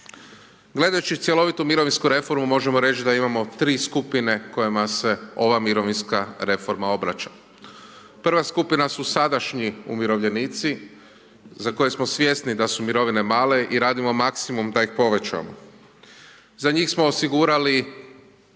Gledajući cjelovitu mirovinsku reformu možemo reći da imamo 3 skupine kojima se ova mirovinska reforma obraća. Prva skupina su sadašnji umirovljenici za koje smo svjesni da su mirovine male i radimo maksimum da ih povećamo. Za njih smo osigurali